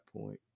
point